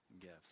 gifts